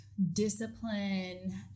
discipline